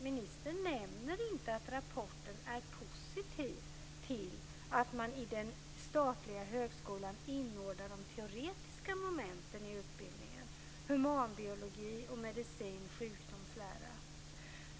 Ministern nämner dock inte att rapporten är positiv till att man i den statliga högskolan inordnar de teoretiska momenten i utbildningen; humanbiologi och medicin och sjukdomslära.